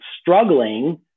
struggling